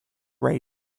rae